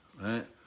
right